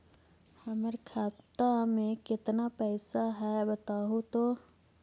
हमर खाता में केतना पैसा है बतहू तो?